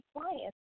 clients